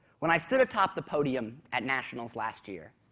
when i stood atop the podium at nationals last year,